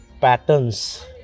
patterns